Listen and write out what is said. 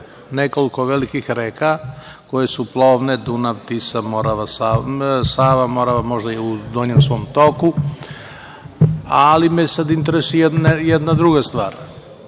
nekoliko velikih reka koje su plovne: Dunav, Tisa, Sava, Morava možda u svom donjem toku, ali me sad interesuje jedna druga stvar. Možda